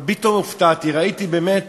אבל פתאום הופתעתי, ראיתי באמת